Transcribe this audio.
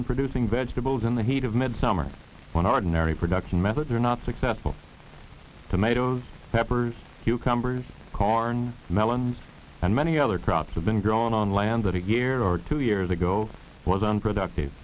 in producing vegetables in the heat of mid summer when ordinary production methods were not successful tomatoes peppers cumbers corn melons and many other crops have been grown on land that a year or two years ago was unproductive